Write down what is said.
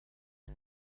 bei